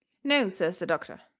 no, says the doctor,